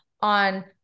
on